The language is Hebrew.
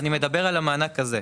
אני מדבר על המענק הזה.